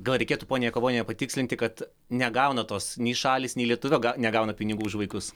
gal reikėtų ponia jakavoniene patikslinti kad negauna tos nei šalys nei lietuvio negauna pinigų už vaikus